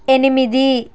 ఎనిమిది